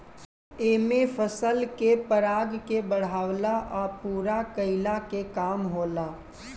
एमे फसल के पराग के बढ़ावला आ पूरा कईला के काम होला